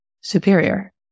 superior